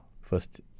first